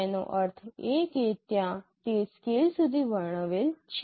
તેનો અર્થ એ કે ત્યાં તે સ્કેલ સુધી વર્ણવેલ છે